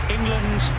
England